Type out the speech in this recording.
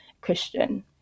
Christian